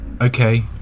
okay